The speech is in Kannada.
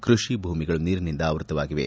ಕೃಷಿ ಭೂಮಿಗಳು ನೀರಿನಿಂದ ಆವೃತವಾಗಿವೆ